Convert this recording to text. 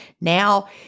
now